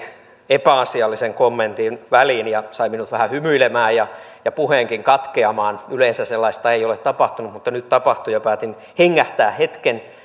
epäasiallisen kommentin väliin ja sai minut vähän hymyilemään ja ja puheenkin katkeamaan yleensä sellaista ei ole tapahtunut mutta nyt tapahtui ja päätin hengähtää hetken